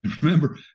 Remember